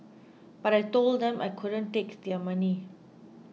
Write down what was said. but I told them I couldn't take their money